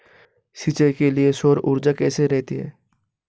सिंचाई के लिए सौर ऊर्जा कैसी रहती है?